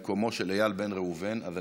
חיליק, אני